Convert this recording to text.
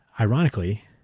ironically